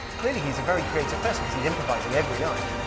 clearly, he's a very creative person because he's improvising every night,